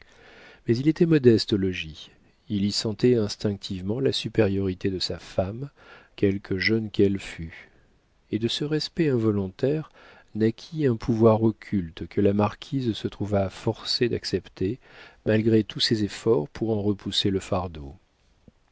mais il était modeste au logis il y sentait instinctivement la supériorité de sa femme quelque jeune qu'elle fût et de ce respect involontaire naquit un pouvoir occulte que la marquise se trouva forcée d'accepter malgré tous ses efforts pour en repousser le fardeau